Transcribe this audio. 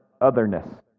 otherness